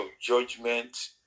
judgment